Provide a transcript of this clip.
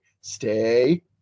Stay